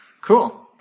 Cool